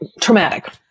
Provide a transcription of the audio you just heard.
traumatic